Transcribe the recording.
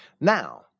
Now